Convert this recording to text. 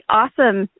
awesome